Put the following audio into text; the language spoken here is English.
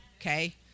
okay